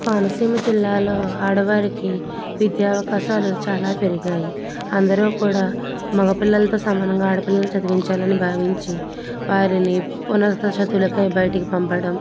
కోనసీమ జిల్లాలో ఆడవారికి విద్యా అవకాశాలు చాలా పెరిగాయి అందరు కూడా మగపిల్లలతో సమానంగా ఆడపిల్లలు చదివించాలని భావించి వారిని పునరుద్ధరణకై బయటికి పంపడం